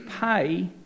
pay